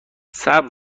صبر